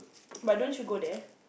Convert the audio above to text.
but don't she go there